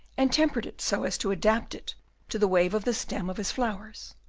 and tempered it so as to adapt it to the wave of the stems of his flowers.